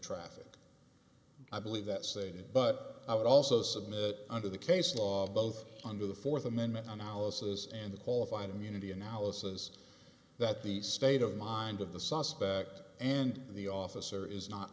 traffic i believe that satan but i would also submit under the case law both under the fourth amendment analysis and the qualified immunity analysis that the state of mind of the suspect and the officer is not